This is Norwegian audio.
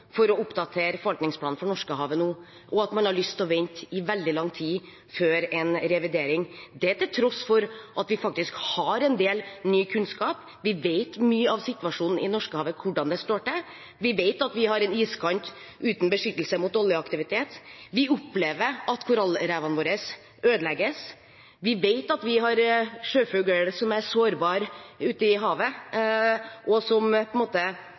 for å oppdatere forvaltningsplanen for Norskehavet nå, og at man har lyst til å vente i veldig lang tid før en revidering – det til tross for at vi faktisk har en del ny kunnskap. Vi vet mye om situasjonen i Norskehavet, om hvordan det står til. Vi vet at vi har en iskant uten beskyttelse mot oljeaktivitet. Vi opplever at korallrevene våre ødelegges. Vi vet at vi har sjøfugler som er sårbare ute i havet, og som